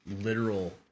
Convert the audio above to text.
literal